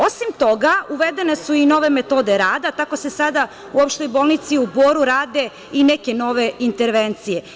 Osim toga, uvedene su i nove metode rada, tako se sada u Opštoj bolnici u Boru rade i neke nove intervencije.